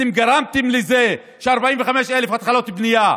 אתם גרמתם ל-45,000 התחלות בנייה,